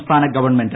സംസ്ഥാന ഗവൺമെന്റ്